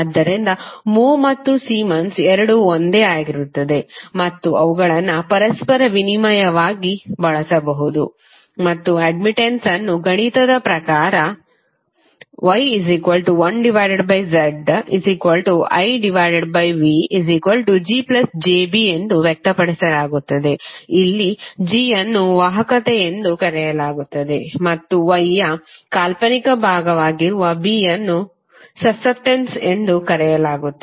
ಆದ್ದರಿಂದ ಮ್ಹೋ ಮತ್ತು ಸೀಮೆನ್ಸ್ ಎರಡೂ ಒಂದೇ ಆಗಿರುತ್ತದೆ ಮತ್ತು ಅವುಗಳನ್ನು ಪರಸ್ಪರ ವಿನಿಮಯವಾಗಿ ಬಳಸಬಹುದು ಮತ್ತು ಅಡ್ಮಿಟನ್ಸ್ ಅನ್ನು ಗಣಿತದ ಪ್ರಕಾರ Y1ZIVGjB ಎಂದು ವ್ಯಕ್ತಪಡಿಸಲಾಗುತ್ತದೆ ಅಲ್ಲಿ G ಅನ್ನು ವಾಹಕತೆ ಎಂದು ಕರೆಯಲಾಗುತ್ತದೆ ಮತ್ತು Y ಯ ಕಾಲ್ಪನಿಕ ಭಾಗವಾಗಿರುವ B ಅನ್ನು ಸಸ್ಸೆಪ್ಟೆನ್ಸ್ ಎಂದು ಕರೆಯಲಾಗುತ್ತದೆ